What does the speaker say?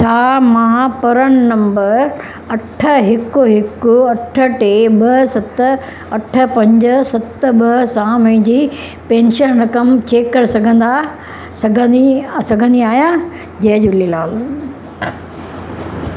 छा मां परन नंबर अठ हिकु हिकु अठ टे ॿ सत अठ पंज सत ॿ सां मुंहिंजी पेंशन रक़म चेक करे सघंदा सघंदी सघंदी आहियां जय झूलेलाल